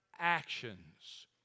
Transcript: actions